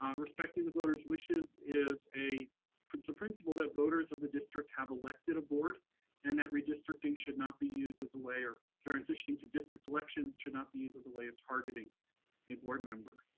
um respecting the voters' wishes is a principle principle that voters of the district have elected aboard and that redistricting should not be used as a way, or transitioning to district elections should not be used as a way of targeting a board member.